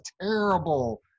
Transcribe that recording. terrible